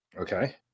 Okay